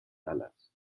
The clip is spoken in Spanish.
dallas